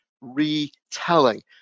retelling